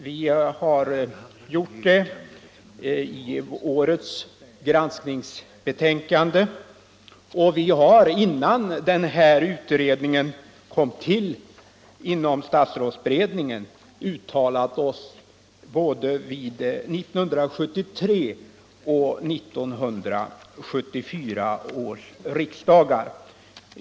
Vi gjorde det i årets granskningsbetänkande, och redan innan den här utredningen kom till inom statsrådsberedningen har vi uttalat oss, både vid 1973 och vid 1974 års riksdagar.